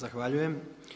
Zahvaljujem.